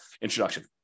introduction